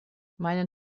meinen